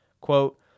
Quote